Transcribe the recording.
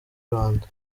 rwanda